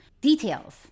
details